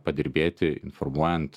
padirbėti formuojant